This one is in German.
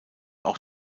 auch